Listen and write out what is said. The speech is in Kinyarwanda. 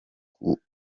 kugufata